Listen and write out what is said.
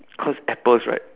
cause apples right